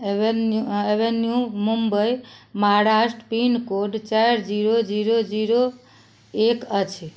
Avenue Mumbai Maharashtra pin code चारि zero zero zero zero एक अछि